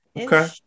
Okay